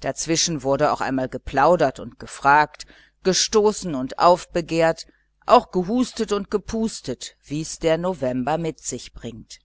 dazwischen wurde auch einmal geplaudert und gefragt gestoßen und aufbegehrt auch gehustet und gepustet wie's der november mit sich bringt